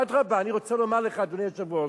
אדרבה, אני רוצה לומר לך, אדוני היושב-ראש,